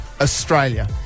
Australia